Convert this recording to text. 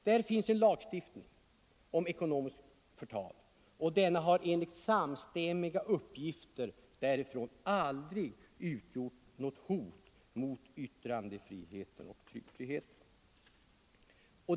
Där finns redan en lagstiftning om ekonomiskt förtal, och denna har enligt samstämmiga uppgifter därifrån aldrig utgjort något hot mot yttrandefriheten eller tryckfriheten.